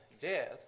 death